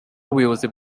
ubuyobozi